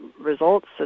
results